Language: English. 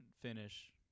finish